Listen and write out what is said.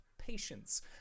patience